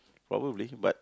probably but